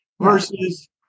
Versus